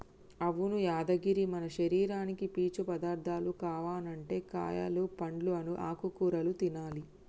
అవును యాదగిరి మన శరీరానికి పీచు పదార్థాలు కావనంటే కాయలు పండ్లు ఆకుకూరలు తినాలి